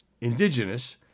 indigenous